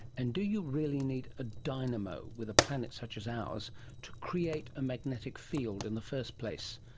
and do you really need a dynamo with a planet such as ours to create a magnetic field in the first place?